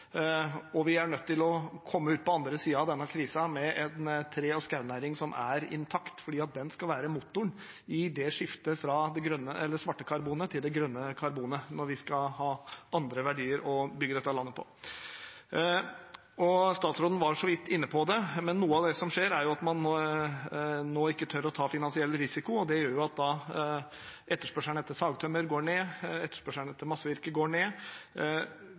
Vi er nødt til å komme ut på andre siden av denne krisen med en tre- og skognæring som er intakt, for den skal være motoren i skiftet fra det svarte karbonet til det grønne karbonet når vi skal ha andre verdier å bygge dette landet på. Statsråden var så vidt inne på det, men noe av det som skjer, er jo at man nå ikke tør å ta finansiell risiko. Det gjør at etterspørselen etter sagtømmer går ned, etterspørselen etter massevirke går ned.